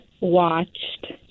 watched